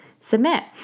submit